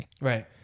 Right